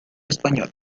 español